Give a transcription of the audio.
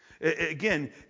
Again